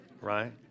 right